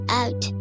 out